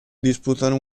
disputano